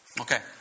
Okay